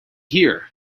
here